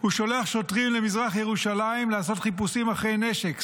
הוא שולח שוטרים למזרח ירושלים לעשות חיפושים אחרי נשק סתם,